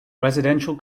residential